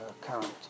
current